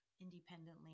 independently